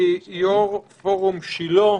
יו"ר פורום שילה.